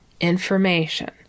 information